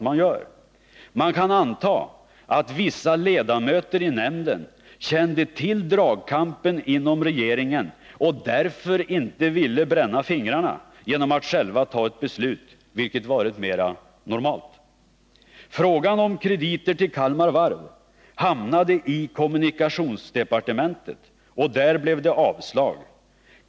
Man kan anta att vissa ledamöter i nämnden kände till dragkampen inom regeringen och därför inte ville bränna fingrarna genom att själva fatta Nr 146 ett beslut, vilket varit mera normalt. Onsdagen den Frågan om krediter till Kalmar Varv hamnade i kommunikationsdeparte 20 maj 1981 mentet, och där blev det avslag.